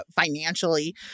financially